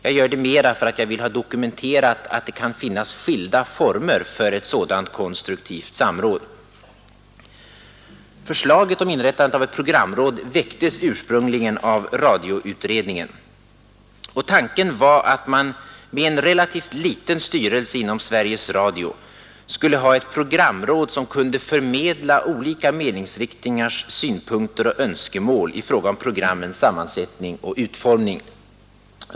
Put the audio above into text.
Jag gör det snarast för att jag vill ha dokumenterat att det finns skilda former för ett sådant konstruktivt samråd. Förslaget om inrättande av ett programråd väcktes ursprungligen av radioutredningen, och tanken var att man med en relativt liten styrelse inom Sveriges Radio skulle ha ett programråd som skulle förmedla olika meningsriktningars synpunkter och önskemål i fråga om programmens sammansättning och utformning.